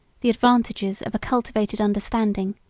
the advantages of a cultivated understanding,